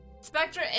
Spectre